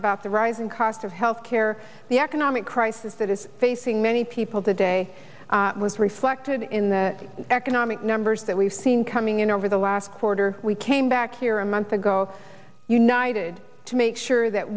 about the rising cost of health care the economic crisis that is facing many people today was reflected in the economic numbers that we've seen coming in over the last quarter we came back here a month ago united to make sure that